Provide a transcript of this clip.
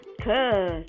cause